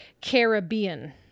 Caribbean